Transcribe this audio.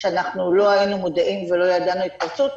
שאנחנו לא היינו מודעים ולא ידענו על ההתפרצות.